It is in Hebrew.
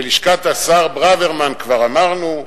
ולשכת השר ברוורמן כבר אמרנו,